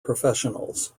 professionals